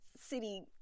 city